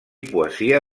poesia